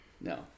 No